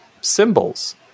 symbols